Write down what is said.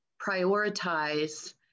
prioritize